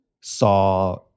saw